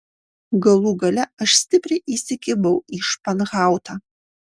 galų gale aš stipriai įsikibau į španhautą